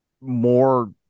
more